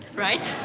right?